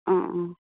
অঁ অঁ